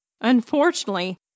Unfortunately